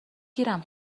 گیرم